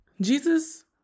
Jesus